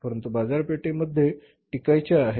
परंतु बाजारपेठे मध्ये टिकयचे आहे